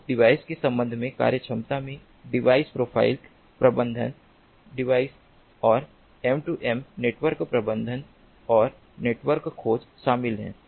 तो डिवाइस के संबंध में कार्यक्षमता में डिवाइस प्रोफाइल प्रबंधन डिवाइस और M2M नेटवर्क प्रबंधन और डिवाइस खोज शामिल हैं